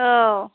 औ